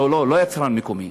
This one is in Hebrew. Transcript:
לא, לא היצרן המקומי.